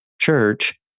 church